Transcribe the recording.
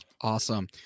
Awesome